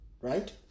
Right